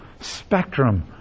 spectrum